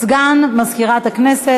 אין מתנגדים.